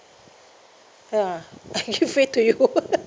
ya I give way to you